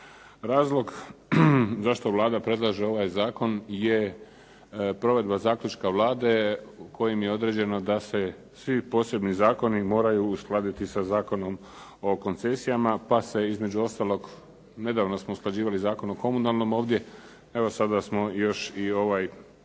Razlog zašto Vlada predlaže ovaj zakon je provedba zaključka Vlada kojim je određeno da se svi posebni zakoni moraju uskladiti sa Zakonom o koncesijama pa se između ostalog, nedavno smo usklađivali Zakon o komunalnom ovdje, evo sada smo još i ovaj